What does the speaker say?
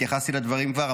התייחסתי לדברים כבר,